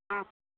हाँ